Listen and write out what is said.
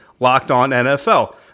LOCKEDONNFL